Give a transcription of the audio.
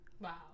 Wow